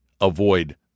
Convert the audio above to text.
avoid